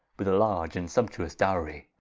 with a large and sumptuous dowrie